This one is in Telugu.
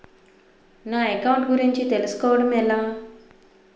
నా అకౌంట్ గురించి తెలుసు కోవడం ఎలా?